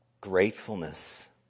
gratefulness